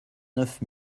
neuf